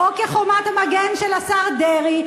אדוני, שנייה.